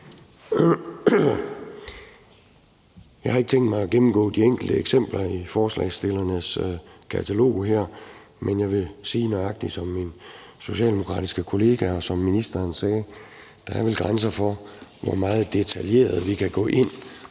Jeg har ikke tænkt mig at gennemgå de enkelte eksempler i forslagsstillernes katalog, men jeg vil sige, nøjagtig som min socialdemokratiske kollega og ministeren sagde, at der vel er grænser for, hvor detaljeret vi kan gå ind